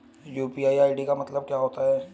UPI ID का मतलब क्या होता है?